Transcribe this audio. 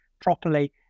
properly